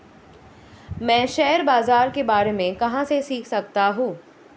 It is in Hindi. मैं शेयर बाज़ार के बारे में कहाँ से सीख सकता हूँ?